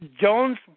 Jones